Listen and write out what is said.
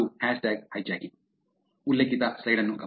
ಅದು hashtag hijacking